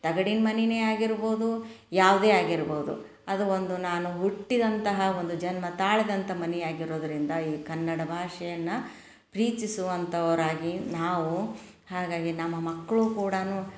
ತಗಡಿನ ಮನೆನೆ ಆಗಿರ್ಬೋದು ಯಾವುದೇ ಆಗಿರ್ಬೋದು ಅದು ಒಂದು ನಾನು ಹುಟ್ಟಿದಂತಹ ಒಂದು ಜನ್ಮ ತಾಳಿದಂಥ ಮನೆ ಆಗಿರೋದರಿಂದ ಈ ಕನ್ನಡ ಭಾಷೆಯನ್ನು ಪ್ರೀತಿಸುವಂಥವ್ರು ಆಗಿ ನಾವು ಹಾಗಾಗಿ ನಮ್ಮ ಮಕ್ಕಳು ಕೂಡ